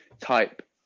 type